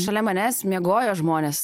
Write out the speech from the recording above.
šalia manęs miegojo žmonės